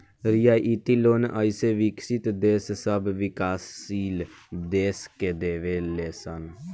रियायती लोन अइसे विकसित देश सब विकाशील देश के देवे ले सन